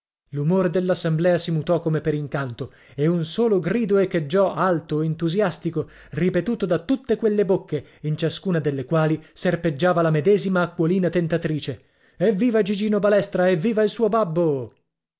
l'umore dell'assemblea si mutò come per incanto e un solo grido echeggiò alto entusiastico ripetuto da tutte quelle bocche in ciascuna delle quali serpeggiava la medesima acquolina tentatrice evviva gigino balestra evviva il suo babbo